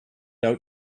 out